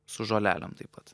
su žolelėm taip pat